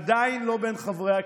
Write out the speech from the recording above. עדיין לא בין חברי הכנסת.